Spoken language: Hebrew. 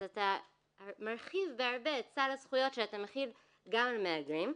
אתה מרחיב בהרבה את סל הזכויות שאתה מרחיב גם למהגרים.